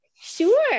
Sure